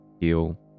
heal